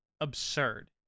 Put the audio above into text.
absurd